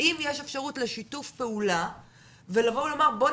האם יש אפשרות לשיתוף פעולה ולבוא ולומר בואו